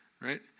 Right